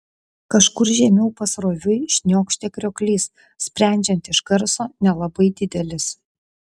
kažkur žemiau pasroviui šniokštė krioklys sprendžiant iš garso nelabai didelis